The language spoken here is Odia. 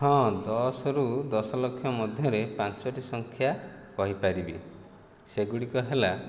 ହଁ ଦଶରୁ ଦଶ ଲକ୍ଷ ମଧ୍ୟରେ ପାଞ୍ଚଟି ସଂଖ୍ୟା କହିପାରିବି ସେଗୁଡ଼ିକ ହେଲା